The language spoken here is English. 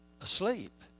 asleep